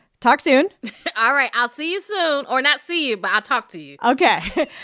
talk soon all right. i'll see you soon or not see you, but i'll talk to you ok.